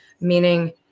meaning